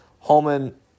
Holman